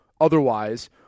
Otherwise